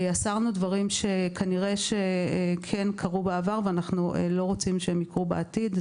דברים שכנראה שכן קרו בעבר ואנחנו לא רוצים שיקרו בעתיד.